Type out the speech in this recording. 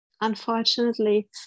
unfortunately